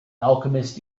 alchemist